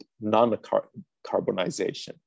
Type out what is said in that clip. non-carbonization